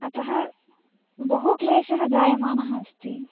अतः बहु क्लेशः जायमानः अस्ति